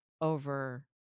over